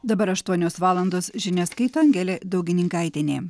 dabar aštuonios valandos žinias skaito angelė daugininkaitienė